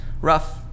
Rough